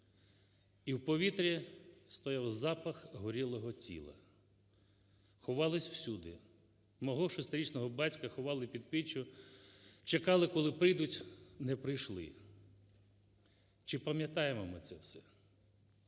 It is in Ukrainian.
і в повітрі стояв запас горілого тіла. Ховалися всюди, мого 6-річного батька ховали під піччю, чекали коли прийдуть, не прийшли. Чи пам'ятаємо ми це все?